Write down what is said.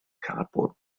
cardboard